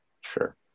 Sure